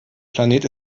planet